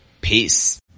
Peace